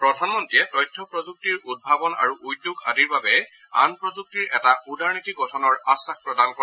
প্ৰধানমন্ত্ৰীয়ে তথ্য প্ৰযুক্তিৰ উদ্ভাৱন আৰু উদ্যোগ আদিৰ বাবে আন প্ৰযুক্তিৰ এটা উদাৰ নীতি গঠনৰ আশ্বাস প্ৰদান কৰে